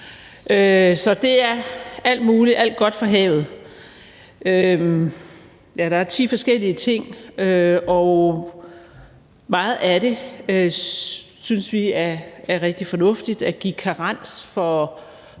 Så det er alt muligt godt fra havet. Der er ti forskellige ting, og meget af det synes vi er rigtig fornuftigt. At give karens til